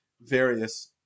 various